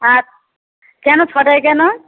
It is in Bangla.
আ কেন ছটায় কেন